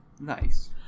Nice